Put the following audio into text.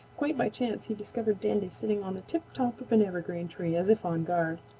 quite by chance he discovered dandy sitting on the tiptop of an evergreen tree, as if on guard.